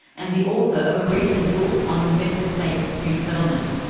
and the author of a recent book on investor state dispute settlement.